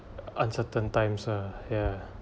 uncertain times uh ya